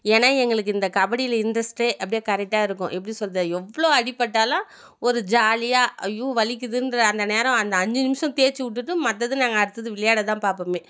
ஏன்னால் எங்களுக்கு இந்த கபடியில் இந்த ஸ்டே அப்படியே கரெட்டாக இருக்கும் எப்படி சொல்கிறது எவ்வளோ அடிப்பட்டாலும் ஒரு ஜாலியாக ஐய்யோ வலிக்குதுங்ற அந்த நேரம் அந்த அஞ்சு நிமிஷம் தேய்ச்சி விட்டுட்டு மற்றத நாங்கள் அடுத்தது விளையாடதான் பார்ப்போமே